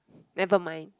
never mind